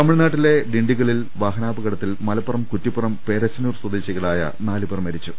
തമിഴ്നാട്ടിലെ ഡിണ്ടിഗലിൽ വാഹനാപകടത്തിൽ മലപ്പുറം കുറ്റി പ്പുറം പേരശന്നൂർ സ്വദേശികളായ നാലുപേർ മരിച്ചു